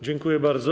Dziękuję bardzo.